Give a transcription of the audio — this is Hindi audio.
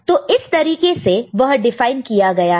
तो इस तरीके से वह डिफाइन किया गया है